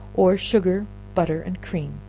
or sugar, butter and cream,